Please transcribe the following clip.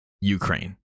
Ukraine